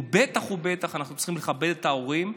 ובטח ובטח אנחנו צריכים לכבד את ההורים,